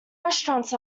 restaurants